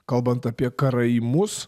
kalbant apie karaimus